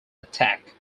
attack